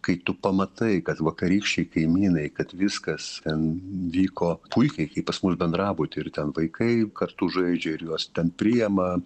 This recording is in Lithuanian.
kai tu pamatai kad vakarykščiai kaimynai kad viskas ten vyko puikiai kaip pas mus bendrabuty ir ten vaikai kartu žaidžia ir juos ten priema